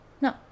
no